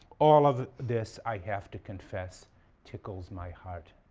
all of this i have to confess tickles my heart.